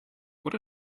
what